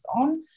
on